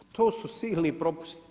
To su silni propusti.